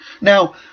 Now